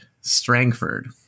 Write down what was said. Strangford